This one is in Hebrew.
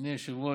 אדוני היושב-ראש,